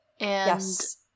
Yes